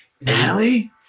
natalie